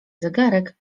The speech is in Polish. zegarek